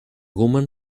woman